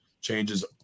changes